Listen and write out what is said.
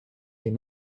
les